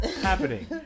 happening